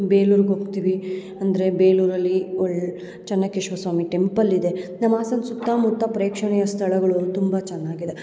ಬೇಲೂರ್ಗೆ ಹೋಗ್ತಿವಿ ಅಂದರೆ ಬೇಲೂರಲ್ಲಿ ಒಳ್ಳೆ ಚನ್ನಕೇಶ್ವರ ಸ್ವಾಮಿ ಟೆಂಪಲ್ ಇದೆ ನಮ್ಮ ಹಾಸನ ಸುತ್ತಮುತ್ತ ಪ್ರೇಕ್ಷಣೀಯ ಸ್ಥಳಗಳು ತುಂಬ ಚೆನ್ನಾಗಿದೆ